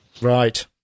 Right